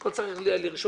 אנחנו יחד.